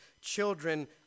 children